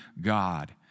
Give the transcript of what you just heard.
God